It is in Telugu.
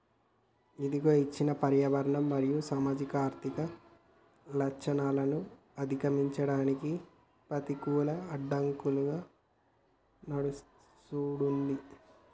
ఇదిగో ఇచ్చిన పర్యావరణ మరియు సామాజిక ఆర్థిక లచ్చణాలను అధిగమించడానికి పెతికూల అడ్డంకులుగా సూడండి